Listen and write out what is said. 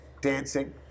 dancing